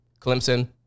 Clemson